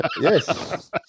Yes